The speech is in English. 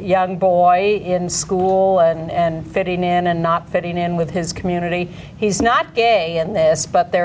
young boy in school and fitting in and not fitting in with his community he's not gay and this but there